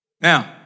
Now